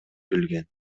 билген